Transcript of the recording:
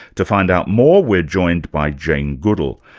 to find out more, we're joined by jane goodall,